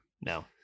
No